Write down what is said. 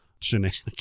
Shenanigans